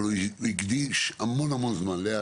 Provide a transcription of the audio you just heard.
הוא הקדיש המון-המון זמן לאה,